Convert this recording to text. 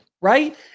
right